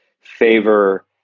favor